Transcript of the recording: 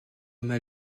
mal